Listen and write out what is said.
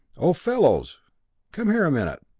oh fellows come here a minute!